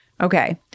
Okay